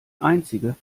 einzige